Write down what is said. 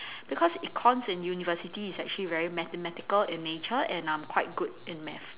because econs in university is actually very mathematical in nature and I'm quite good in math